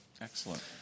Excellent